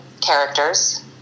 characters